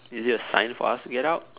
is it a sign for us to get out